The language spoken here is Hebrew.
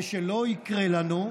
שלא יקרה לנו,